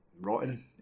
Rotten